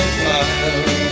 fire